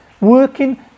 working